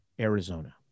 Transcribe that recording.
Arizona